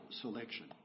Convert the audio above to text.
selection